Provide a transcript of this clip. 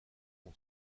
son